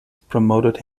promoted